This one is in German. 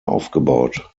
aufgebaut